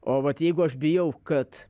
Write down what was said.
o vat jeigu aš bijau kad